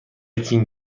کینگ